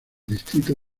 distrito